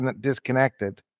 disconnected